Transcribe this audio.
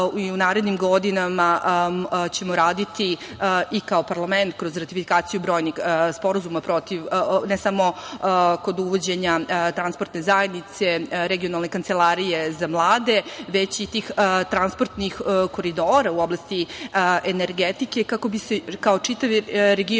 i u narednim godinama ćemo raditi i kao parlament kroz ratifikaciju brojnih sporazuma protiv, ne samo kod uvođenja transportne zajednice, regionalne kancelarije za mlade, već i tih transportnih koridora u oblasti energetike, kako bi se kao čitav region